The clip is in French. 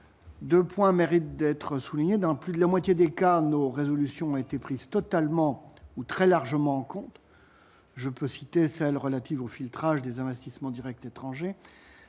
2 points méritent d'être soulignée dans plus de la moitié des cas nos résolutions ont été prises totalement ou très largement compte je peux citer celle relative au filtrage des investissements Directs étrangers